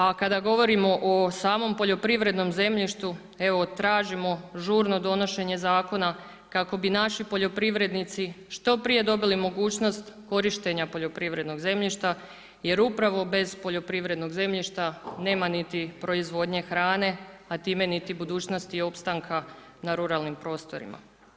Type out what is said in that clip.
A kada govorimo o samom poljoprivrednom zemljištu evo tražimo žurno donošenje zakona kako bi naši poljoprivrednici što prije dobili mogućnost korištenja poljoprivrednog zemljišta jer upravo bez poljoprivrednog zemljišta nema niti proizvodnje hrane, a time niti budućnosti opstanka na ruralnim prostorima.